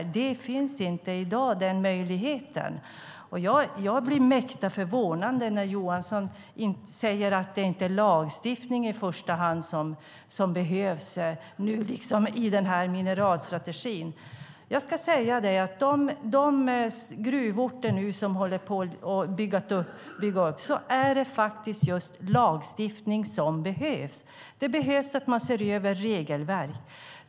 I dag finns inte den möjligheten. Jag blir mäkta förvånad när Johansson säger att det inte är lagstiftning som behövs i första hand i den här mineralstrategin. Jag ska säga att när det gäller de gruvorter som nu håller på att byggas upp är det just lagstiftning som behövs. Man behöver se över regelverk.